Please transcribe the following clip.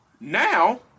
now